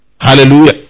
Hallelujah